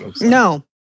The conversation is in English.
No